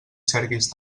cerquis